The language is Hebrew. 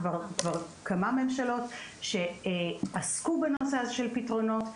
כבר כמה ממשלות שעסקו בנושא הזה של פתרונות,